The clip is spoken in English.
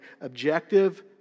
objective